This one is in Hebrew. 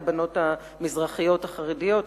של הבנות המזרחיות החרדיות בבית-הספר,